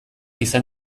izan